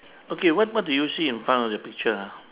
okay what what do you see in front of the picture ah